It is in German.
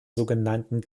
sogenannten